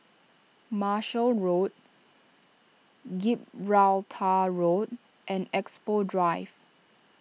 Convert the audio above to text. Marshall Road Gibraltar Road and Expo Drive